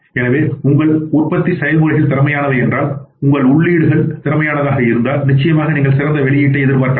எனவே உங்கள் உற்பத்திசெயல்முறைகள் திறமையானவை என்றால் உங்கள் உள்ளீடுகள் திறமையாக இருந்தால் நிச்சயமாக நீங்கள் சிறந்த வெளியீட்டை எதிர்பார்க்கலாம்